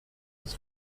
des